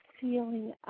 feeling